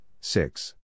six